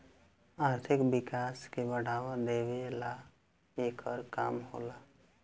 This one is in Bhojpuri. आर्थिक विकास के बढ़ावा देवेला एकर काम होला